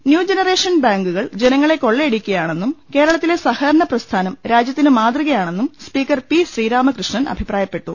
ന്യൂട്ടു generation ബാങ്കുകൾ ജനങ്ങളെ കൊള്ളയടിക്കയാണെന്നും കേരളത്തിലെ സഹകരണപ്രസ്ഥാനം രാജൃത്തിന് മാതൃകയാ ണെന്നും സ് പീക്കർ പി ശ്രീരാമകൃഷ്ണൻ അഭിപ്രായപ്പെട്ടു